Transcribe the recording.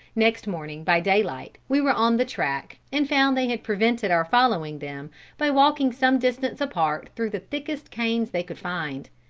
next morning by daylight we were on the track, and found they had prevented our following them by walking some distance apart through the thickest canes they could find.